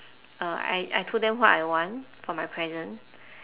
uh I I told them what I want for my present